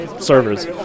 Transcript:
servers